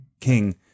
king